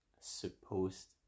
supposed